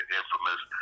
infamous